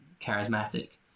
charismatic